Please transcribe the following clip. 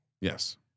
Yes